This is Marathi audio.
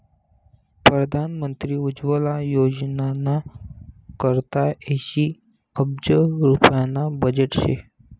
परधान मंत्री उज्वला योजनाना करता ऐंशी अब्ज रुप्याना बजेट शे